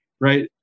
right